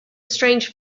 strange